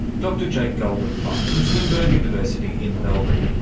dr jake goldenfein from swinburne university in melbourne.